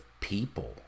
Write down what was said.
people